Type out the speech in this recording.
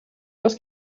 was